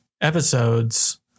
episodes